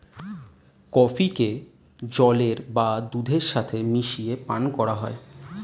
কফিকে জলের বা দুধের সাথে মিশিয়ে পান করা হয়